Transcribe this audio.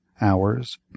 hours